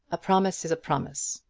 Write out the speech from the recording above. a promise is a promise,